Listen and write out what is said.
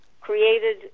created